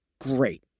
Great